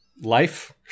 life